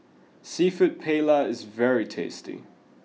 Seafood Paella is very tasty